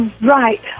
Right